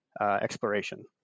exploration